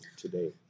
today